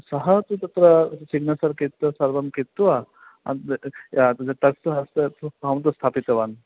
सः तु तत्र सिग्नेचर् कृत्वा सर्वं कृत्वा या तद् तस्य हस्ते तु अहं तु स्थापितवान्